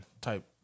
type